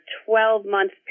12-month